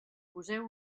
poseu